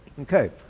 Okay